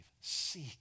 Seek